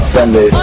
Sunday